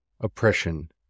Oppression